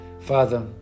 Father